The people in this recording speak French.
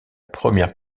première